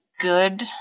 good